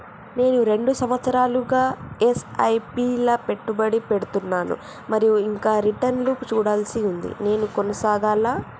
నేను రెండు సంవత్సరాలుగా ల ఎస్.ఐ.పి లా పెట్టుబడి పెడుతున్నాను మరియు ఇంకా రిటర్న్ లు చూడాల్సి ఉంది నేను కొనసాగాలా?